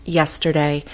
yesterday